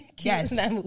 Yes